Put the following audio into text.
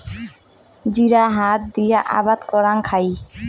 জিরা হাত দিয়া আবাদ করাং খাই